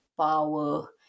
Power